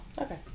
Okay